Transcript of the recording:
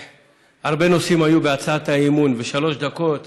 הרבה נושאים היו בהצעת האי-אמון, ובשלוש דקות